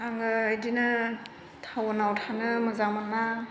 आंङो बेदिनो टाउनाव थानो मोजां मोना